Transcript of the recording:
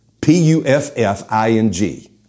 P-U-F-F-I-N-G